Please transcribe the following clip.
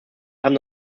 haben